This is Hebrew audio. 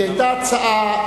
כי היתה הצעה,